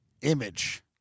image